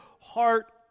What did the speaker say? heart